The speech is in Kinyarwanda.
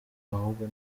ahubwo